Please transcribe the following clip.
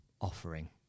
offering